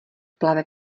plave